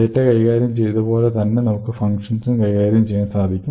data കൈകാര്യം ചെയ്തപോലെതന്നെ നമുക്ക് ഫങ്ഷൻസും കൈകാര്യം ചെയ്യാൻ സാധിക്കും